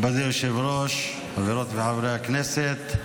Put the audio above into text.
מכובדי היושב-ראש, חברות וחברי הכנסת,